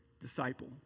disciple